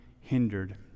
hindered